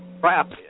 crap